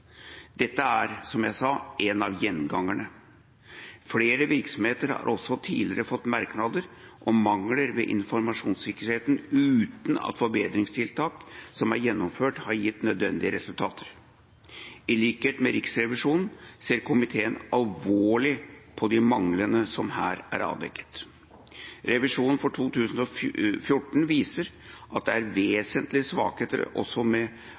Dette er, som jeg sa, en av gjengangerne. Flere virksomheter har også tidligere fått merknader om mangler ved informasjonssikkerheten uten at forbedringstiltak som er gjennomført, har gitt nødvendige resultater. I likhet med Riksrevisjonen ser komiteen alvorlig på de manglene som her er avdekket. Revisjonen for 2014 viser at det er vesentlige svakheter også med